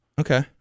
Okay